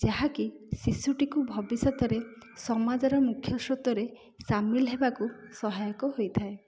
ଯାହାକି ଶିଶୁଟିକୁ ଭବିଷ୍ୟତରେ ସମାଜରେ ମୁଖ୍ୟ ସ୍ରୋତରେ ସାମିଲ ହେବାକୁ ସହାୟକ ହୋଇଥାଏ